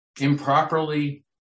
improperly